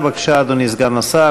בבקשה, אדוני סגן השר.